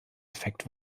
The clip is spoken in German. effekt